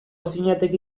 zinateke